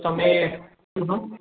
તમે